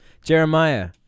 Jeremiah